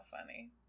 funny